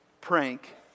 prank